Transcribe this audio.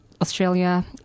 Australia